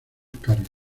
cargas